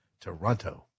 toronto